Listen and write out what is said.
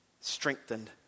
strengthened